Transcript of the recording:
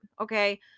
okay